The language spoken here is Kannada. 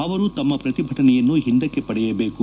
ಅವರು ತಮ್ನ ಪ್ರತಿಭಟನೆಯನ್ನು ಹಿಂದಕ್ಕೆ ಪಡೆಯಬೇಕು